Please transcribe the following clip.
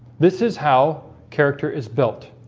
this is how character is built